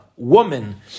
Woman